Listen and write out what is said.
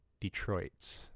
Detroit